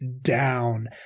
down